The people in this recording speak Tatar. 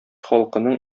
халкының